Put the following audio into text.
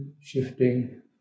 shifting